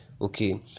okay